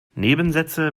nebensätze